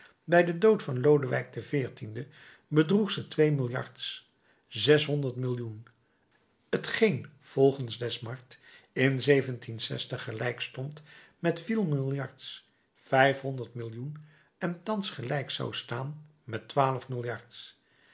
bij den dood van lodewijk xiv bedroeg ze twee milliards zeshonderd millioen t geen volgens desmarets in gelijkstond met vier milliards vijfhonderd millioen en thans gelijk zou staan met